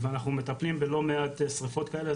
ואנחנו מטפלים בלא מעט שריפות כאלה,